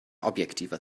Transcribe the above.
objektiver